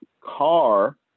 car